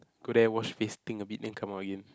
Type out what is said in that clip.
go there wash face think a bit then come out again